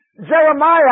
Jeremiah